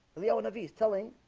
leona v is telling